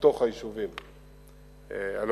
בתוך היישובים הלא-יהודיים.